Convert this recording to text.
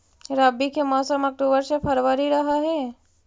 रब्बी के मौसम अक्टूबर से फ़रवरी रह हे